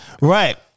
Right